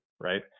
right